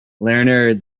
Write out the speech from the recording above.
lerner